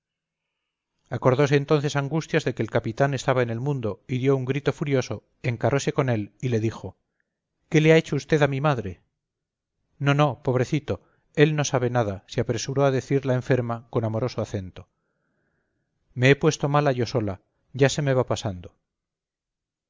acordose entonces angustias de que el capitán estaba en el mundo y dio un grito furioso encarose con él y le dijo qué le ha hecho usted a mi madre no no pobrecito él no sabe nada se apresuró a decir la enferma con amoroso acento me he puesto mala yo sola ya se me va pasando